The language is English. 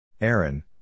Aaron